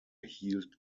hielt